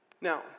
Now